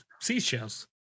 seashells